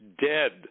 dead